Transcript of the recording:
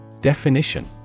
Definition